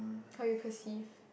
how you perceive